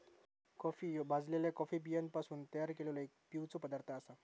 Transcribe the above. coffee ह्यो भाजलल्या coffee बियांपासून तयार केललो एक पिवचो पदार्थ आसा